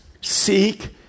seek